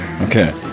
Okay